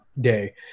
day